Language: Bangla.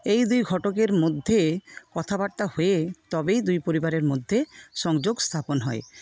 এই দুই ঘটকের মধ্যে কথাবার্তা হয়ে তবেই দুই পরিবারের মধ্যে সংযোগ স্থাপন হয়